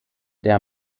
der